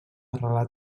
arrelar